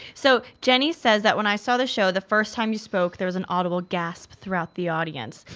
so jenni says that when i saw the show the first time you spoke, there was an audible gasp throughout the audience.